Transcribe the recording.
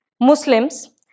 Muslims